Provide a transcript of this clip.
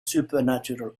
supernatural